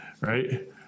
right